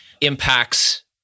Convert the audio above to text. impacts